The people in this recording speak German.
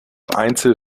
einzel